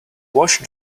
washed